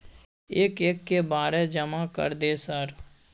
एक एक के बारे जमा कर दे सर?